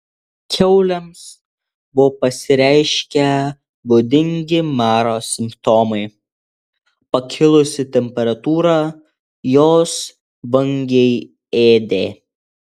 kiaulėms buvo pasireiškę būdingi maro simptomai pakilusi temperatūra jos vangiai ėdė